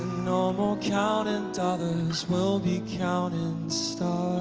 no more counting dollars we'll be counting stars